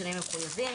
בשינויים המחויבים".